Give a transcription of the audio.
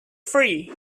free